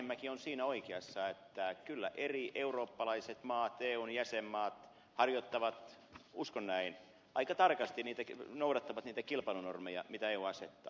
arhinmäki on siinä oikeassa että kyllä eri eurooppalaiset maat eun jäsenmaat uskon näin aika tarkasti noudattavat niitä kilpailunormeja mitä eu asettaa